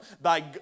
Thy